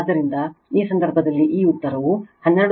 ಆದ್ದರಿಂದ ಈ ಸಂದರ್ಭದಲ್ಲಿ ಈ ಉತ್ತರವು 12